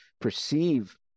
perceive